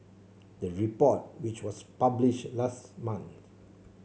the report which was published last month